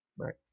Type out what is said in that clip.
Right